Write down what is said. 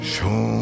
Show